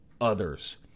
others